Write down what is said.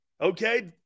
Okay